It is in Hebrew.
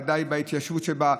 ודאי בהתיישבות שבה,